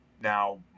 now